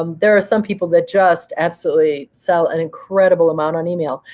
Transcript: um there are some people that just absolutely sell an incredible amount on email.